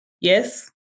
Yes